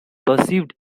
perceived